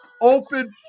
open